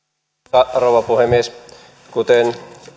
arvoisa rouva puhemies kuten